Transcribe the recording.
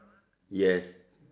yes